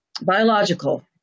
biological